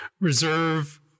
reserve